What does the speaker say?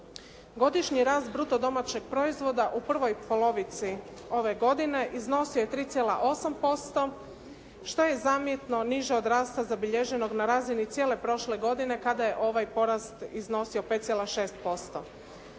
Godišnji rast bruto domaćeg proizvoda u prvoj polovici ove godine iznosio je 3,8% što je zamjetno niže od rasta zabilježenog na razini cijele prošle godine kada je ovaj porast iznosio 5,6%.